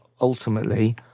ultimately